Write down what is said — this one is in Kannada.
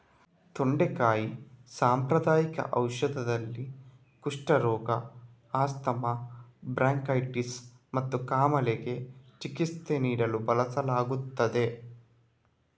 ತೊಂಡೆಕಾಯಿ ಸಾಂಪ್ರದಾಯಿಕ ಔಷಧದಲ್ಲಿ, ಕುಷ್ಠರೋಗ, ಆಸ್ತಮಾ, ಬ್ರಾಂಕೈಟಿಸ್ ಮತ್ತು ಕಾಮಾಲೆಗೆ ಚಿಕಿತ್ಸೆ ನೀಡಲು ಬಳಸಲಾಗುತ್ತದೆ